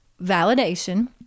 validation